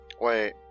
Wait